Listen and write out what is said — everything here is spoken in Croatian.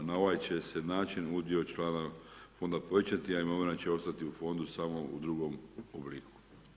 Na ovaj će se način udio člana onda povećati, a imovina će ostati u fondu samo u drugom obliku.